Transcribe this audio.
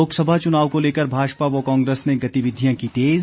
लोकसभा चुनाव को लेकर भाजपा व कांग्रेस ने गतिविधियां की तेज